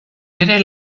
bere